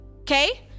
Okay